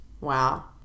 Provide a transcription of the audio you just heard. Wow